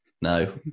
No